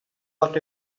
what